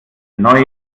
neue